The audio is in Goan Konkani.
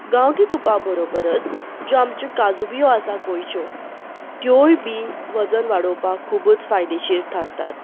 गांवठी तुपा बरोबरच ज्यो आमच्यो काजू बियो आसा गोंयच्यो त्योय बी वजन वाडोवपाक खूबच फायदेशीर थारतात